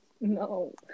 No